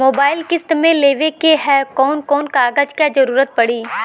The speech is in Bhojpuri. मोबाइल किस्त मे लेवे के ह कवन कवन कागज क जरुरत पड़ी?